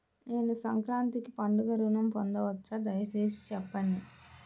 నేను సంక్రాంతికి పండుగ ఋణం పొందవచ్చా? దయచేసి చెప్పండి?